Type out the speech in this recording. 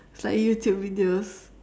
it's like youtube videos